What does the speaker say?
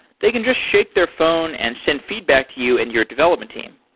they can just shake their phone and send feedback to you and your development team.